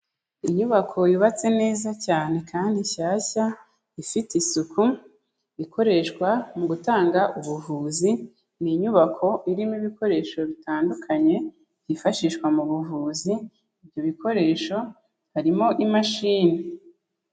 Inyubako yubatse neza cyane kandi nshyashya, ifite isuku, ikoreshwa mu gutanga ubuvuzi, ni inyubako irimo ibikoresho bitandukanye byifashishwa mu buvuzi, ibyo bikoresho harimo imashini.